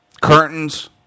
curtains